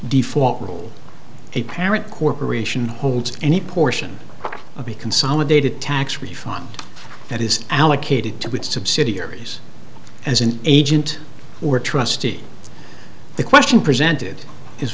default rule a parent corporation holds any portion of the consolidated tax refund that is allocated to that subsidiaries as an agent or trustee the question presented is